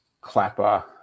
clapper